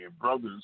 brothers